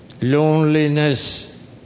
loneliness